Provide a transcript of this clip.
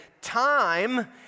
time